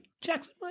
Jackson